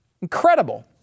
Incredible